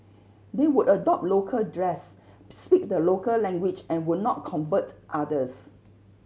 they would adopt local dress speak the local language and would not convert others